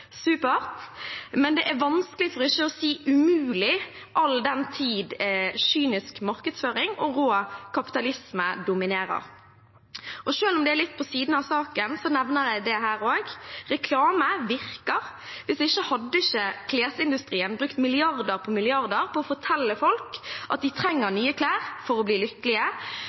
supert – men det er vanskelig, for ikke å si umulig, all den tid kynisk markedsføring og rå kapitalisme dominerer. Selv om det er litt på siden av saken, nevner jeg det her også: Reklame virker. Hvis ikke hadde ikke klesindustrien brukt milliarder på milliarder på å fortelle folk at de trenger nye klær for å bli lykkelige.